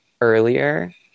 earlier